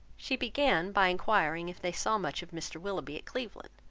she began by inquiring if they saw much of mr. willoughby at cleveland,